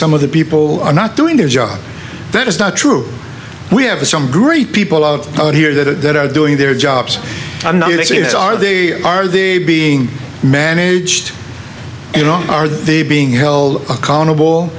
some of the people are not doing their job that is not true we have some great people out here that are doing their jobs as are they are the being managed you know are they being held accountable